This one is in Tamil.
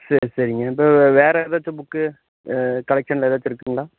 சரி சரிங்க தொ வேறு ஏதாச்சும் புக்கு கலெக்க்ஷனில் ஏதாச்சும் இருக்குதுங்களா